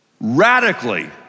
Radically